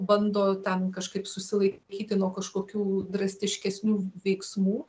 bando ten kažkaip susilaikyti nuo kažkokių drastiškesnių veiksmų